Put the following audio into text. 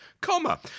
comma